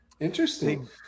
Interesting